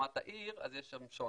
לעומת העיר, אז יש שם שוני.